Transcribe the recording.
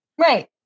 right